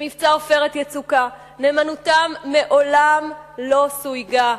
במבצע "עופרת יצוקה" נאמנותם מעולם לא סויגה,